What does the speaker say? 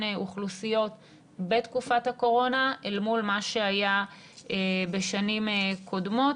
אוכלוסיות בתקופת הקורונה אל מול מה שהיה בשנים קודמות.